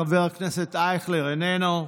חבר הכנסת אייכלר, איננו.